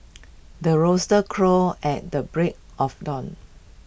the rooster crows at the break of dawn